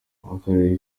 akarere